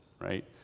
right